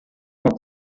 com